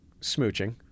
smooching